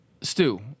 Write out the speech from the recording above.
Stu